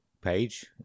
page